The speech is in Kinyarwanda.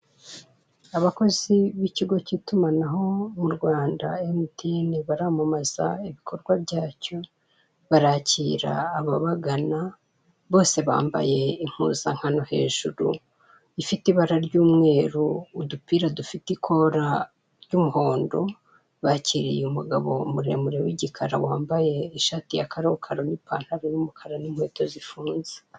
Abakozi b'ikigo cy'itumanaho mu U Rwanda MTN baramamaza ibikorwa byacyo, barakira ababagana .Bose bambaye impuzankano hejuru ifite ibara ry'umeru udupira dufite ikora ry'umuhondo, bakiriye umugabo muremure w'igikara wambaye ishati ya karokaro, ipantaro y'umukara n'inkweto z'ifunze.